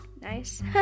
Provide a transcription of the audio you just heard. nice